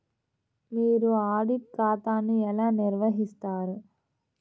మీరు ఆడిట్ ఖాతాను ఎలా నిర్వహిస్తారు?